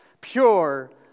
pure